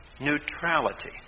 neutrality